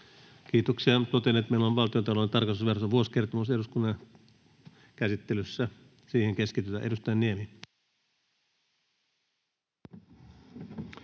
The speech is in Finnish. Kiitoksia. — Totean, että meillä on Valtiontalouden tarkastusviraston vuosikertomus eduskunnan käsittelyssä, ja siihen keskitytään. — Edustaja Niemi.